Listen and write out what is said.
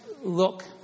look